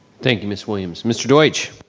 thank you ms. williams. mr. deutsch.